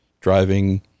driving